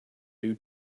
due